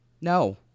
no